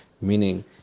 meaning